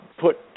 put